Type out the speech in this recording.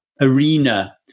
arena